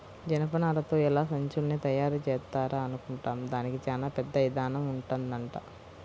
జనపనారతో ఎలా సంచుల్ని తయారుజేత్తారా అనుకుంటాం, దానికి చానా పెద్ద ఇదానం ఉంటదంట